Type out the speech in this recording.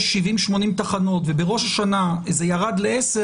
80-70 תחנות ובראש השנה זה ירד ל-10,